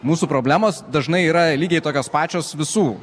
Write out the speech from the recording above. mūsų problemos dažnai yra lygiai tokios pačios visų